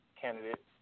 candidate